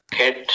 hit